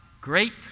great